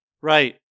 Right